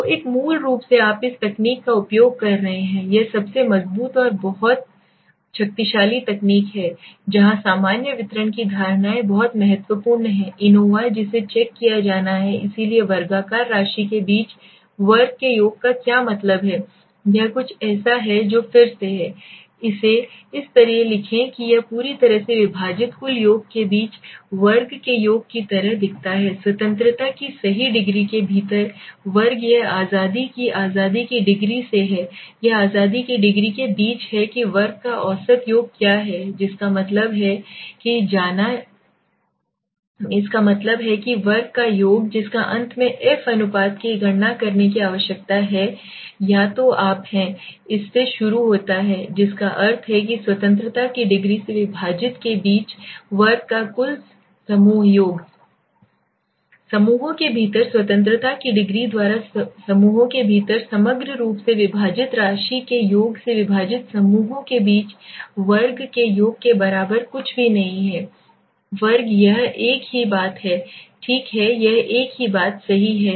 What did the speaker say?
तो मूल रूप से आप इस तकनीक का उपयोग कर रहे हैं यह सबसे मजबूत और बहुत बहुत में से एक है शक्तिशाली तकनीक जहां सामान्य वितरण की धारणाएं बहुत महत्वपूर्ण हैं एनोवा जिसे चेक किया जाना है इसलिए वर्गाकार राशि के बीच वर्ग के योग का क्या मतलब है यह कुछ ऐसा है जो फिर से है इसे इस तरह लिखें कि यह पूरी तरह से विभाजित कुल योग के बीच वर्ग के योग की तरह दिखता है स्वतंत्रता की सही डिग्री के भीतर वर्ग यह आजादी की आजादी की डिग्री से है यह आजादी की डिग्री के बीच है कि वर्ग का औसत योग क्या है जिसका मतलब है कि जाना इसका मतलब है कि वर्ग का योग जिसका अंत में f अनुपात की गणना करने की आवश्यकता है या तो आप हैं इससे शुरू होता है जिसका अर्थ है कि स्वतंत्रता की डिग्री से विभाजित के बीच वर्ग का कुल समूह योग समूहों के भीतर स्वतंत्रता की डिग्री द्वारा समूहों के भीतर समग्र रूप से विभाजित राशि के योग से विभाजित समूहों के बीच वर्ग के योग के बराबर कुछ भी नहीं है वर्ग यह एक ही बात है ठीक है यह एक ही बात सही है